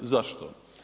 Zašto?